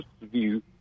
view